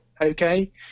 okay